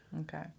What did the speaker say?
Okay